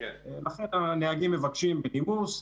לכן הנהגים מבקשים בנימוס,